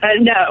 No